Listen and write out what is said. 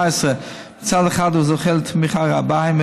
מצד אחד היא זוכה לתמיכה רבה,